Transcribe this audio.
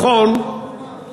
אתה חתום על הצעת חוק דומה.